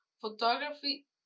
photography